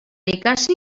ikasi